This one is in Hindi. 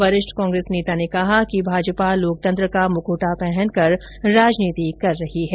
वरिष्ठ कांग्रेस नेता ने कहा कि भाजपा लोकतंत्र का मुखोटा पहनकर राजनीति कर रही है